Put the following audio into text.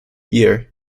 year